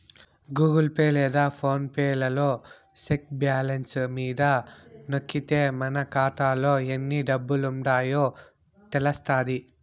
Google Pay లేదా PhonePe లలో check balance మీద నొక్కితే మన కాతాలో ఎన్ని డబ్బులుండాయో తెలస్తాది